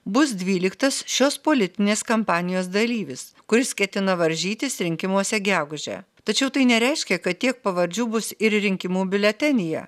bus dvyliktas šios politinės kampanijos dalyvis kuris ketina varžytis rinkimuose gegužę tačiau tai nereiškia kad tiek pavardžių bus ir rinkimų biuletenyje